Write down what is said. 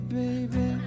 baby